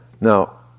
Now